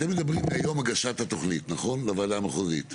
אתם מדברים היום על הגשת התוכנית לוועדה המחוזית,